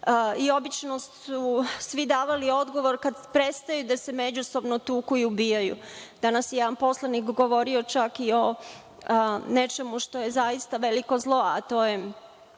Obično su svi davali odgovor – kada prestanu da se međusobno tuku i ubijaju. Danas je jedan poslanik govorio čak i o nečemu što je zaista veliko zlo, a to je